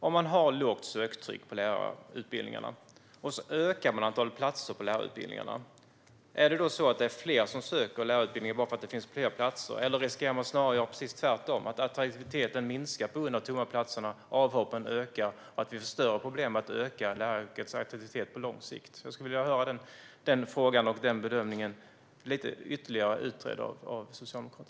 Om man har lågt söktryck på lärarutbildningarna och ökar antalet platser, är det då så att det är fler som söker lärarutbildningarna bara för att det finns fler platser, eller riskerar man snarare att det blir precis tvärtom - att attraktiviteten minskar på grund av de tomma platserna, att avhoppen ökar och att vi får större problem med att öka läraryrkets attraktivitet på lång sikt? Jag skulle vilja höra Socialdemokraterna bedöma och reda ut den frågan ytterligare.